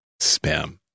Spam